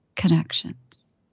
connections